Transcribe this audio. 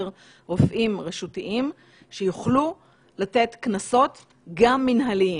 רופאים רשותיים שיוכלו לתת קנסות גם מנהליים.